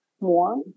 more